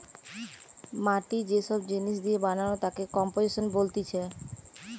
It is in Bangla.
মাটি যে সব জিনিস দিয়ে বানানো তাকে কম্পোজিশন বলতিছে